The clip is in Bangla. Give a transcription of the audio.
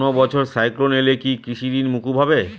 কোনো বছর সাইক্লোন এলে কি কৃষি ঋণ মকুব হবে কিছুটা?